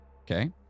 Okay